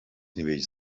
nivells